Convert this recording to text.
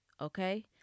okay